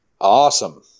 Awesome